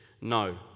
No